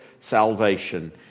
salvation